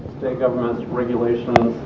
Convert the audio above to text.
state governments, regulations, ah,